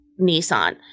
Nissan